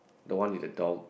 the one with a dog